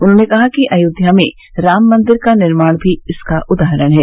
उन्होंने कहा कि अयोध्या में राम मंदिर का निर्माण भी इसका उदाहरण है